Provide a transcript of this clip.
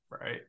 right